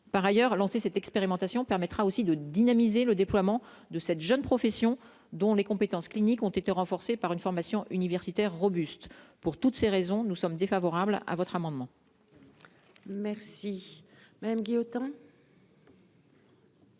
par ailleurs lancer cette expérimentation permettra aussi de dynamiser le déploiement de cette jeune professions dont les compétences cliniques ont été renforcés par une formation universitaire robuste pour toutes ces raisons, nous sommes défavorables à votre amendement. Merci même Guy autant.